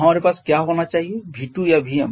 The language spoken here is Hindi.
तो हमारे पास क्या होना चाहिए V2 या Vm